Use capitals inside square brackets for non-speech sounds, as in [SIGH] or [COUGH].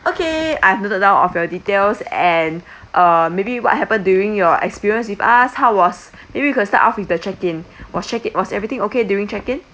okay I've noted down of your details and [BREATH] uh maybe what happened during your experience with us how was [BREATH] maybe you can start off with the check in [BREATH] was check in was everything okay during check in